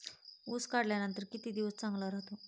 ऊस काढल्यानंतर किती दिवस चांगला राहतो?